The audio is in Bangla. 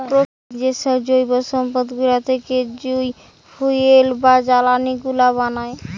প্রকৃতির যেসব জৈব সম্পদ গুলা থেকে যই ফুয়েল বা জ্বালানি গুলা বানায়